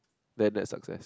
then that's success